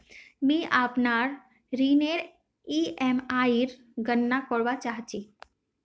मि अपनार ऋणनेर ईएमआईर गणना करवा चहा छी